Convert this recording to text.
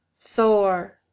Thor